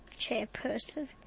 chairperson